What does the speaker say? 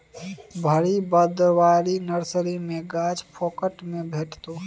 भरि भदवारी नर्सरी मे गाछ फोकट मे भेटितै